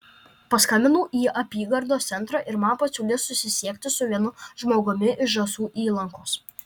paskambinau į apygardos centrą ir man pasiūlė susisiekti su vienu žmogumi iš žąsų įlankos